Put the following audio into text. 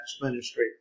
ministry